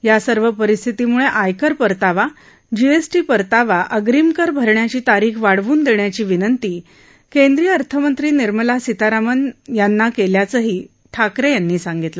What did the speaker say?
या सर्व परिस्थितीम्ळे आयकर परतावा जीएसटी परतावा अग्रिम कर भरण्याची तारीख वाढवून देण्याची विनंती केंद्रीय अर्थमंत्री निर्मला सीतारामन यांना केल्याचेही उद्धव ठाकरे यांनी सांगितले